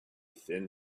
thin